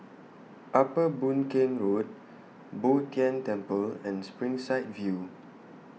Upper Boon Keng Road Bo Tien Temple and Springside View